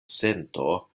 sento